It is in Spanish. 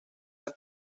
del